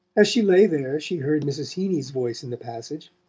as she lay there she heard mrs. heeny's voice in the passage.